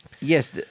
Yes